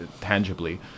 tangibly